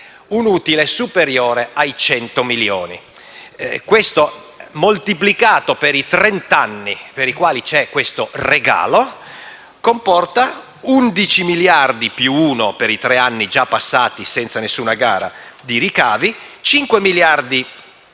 un utile superiore ai 100 milioni. Questo, moltiplicato per i trent'anni per i quali vi è questo regalo, comporta undici miliardi (più uno per i tre anni già passati senza nessuna gara) di ricavi; cinque miliardi, più